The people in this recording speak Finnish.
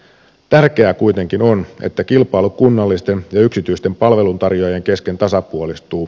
tärkeää kuitenkin on että kilpailu kunnallisten ja yksityisten palveluntarjoajien kesken tasapuolistuu